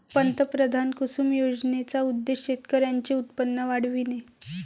पंतप्रधान कुसुम योजनेचा उद्देश शेतकऱ्यांचे उत्पन्न वाढविणे